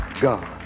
God